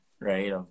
right